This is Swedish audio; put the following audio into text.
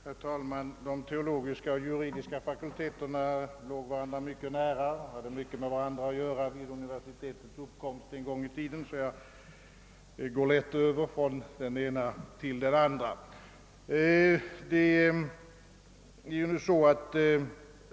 Herr talman! De teologiska och juridiska fakulteterna låg varandra mycket nära och hade mycket med varandra att göra vid universitetens uppkomst en gång i tiden, så att jag går lätt över från den ena fakulteten till den andra.